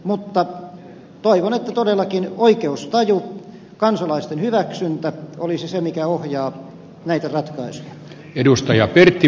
mutta toivon että todellakin oikeustaju kansalaisten hyväksyntä olisi se mikä ohjaa näitä ratkaisuja